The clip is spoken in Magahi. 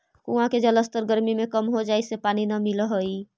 कुआँ के जलस्तर गरमी में कम हो जाए से पानी न मिलऽ हई